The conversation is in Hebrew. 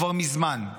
כבר מזמן,